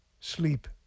sleep